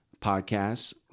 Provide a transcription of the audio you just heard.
Podcasts